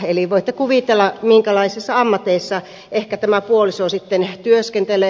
eli voitte kuvitella minkälaisissa ammateissa tämä puoliso sitten ehkä työskentelee